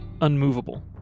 unmovable